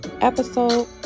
episode